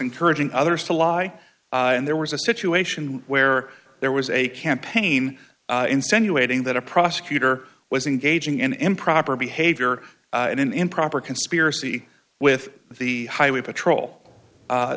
encouraging others to lie and there was a situation where there was a campaign insinuating that a prosecutor was engaging in improper behavior in an improper conspiracy with the highway patrol